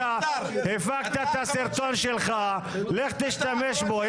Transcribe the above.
הפקת את הסרטון שלך, לך תשתמש בו.